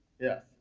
Yes